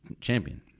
champion